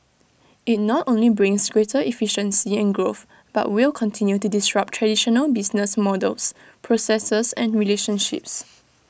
IT not only brings greater efficiency and growth but will continue to disrupt traditional business models processes and relationships